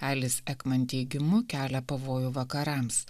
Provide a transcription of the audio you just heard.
elis ekman teigimu kelia pavojų vakarams